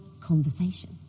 conversation